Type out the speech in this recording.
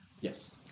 Yes